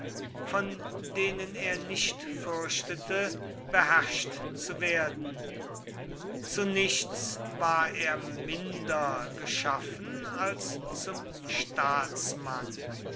von denen er nicht fürchtete beherrscht zu werden zu nichts war er minder geschaffen als zum staatsmann